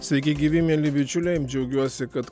sveiki gyvi mieli bičiuliai džiaugiuosi kad